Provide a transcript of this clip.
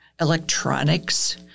electronics